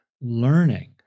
learning